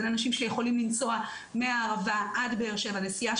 לבין אנשים שיכולים לנסוע מהערבה עד באר שבע נסיעה